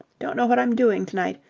don't know what i'm doing to-night.